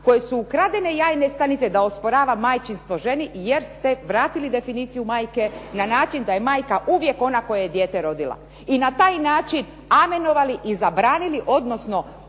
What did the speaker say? kojoj su ukradene jajne stanice da osporava majčinstvo ženi jer ste vratili definiciju majke na način da je majka uvijek ona koja je dijete rodila. I na taj način amenovali i zabranili, odnosno